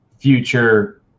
future